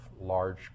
large